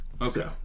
Okay